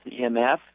EMF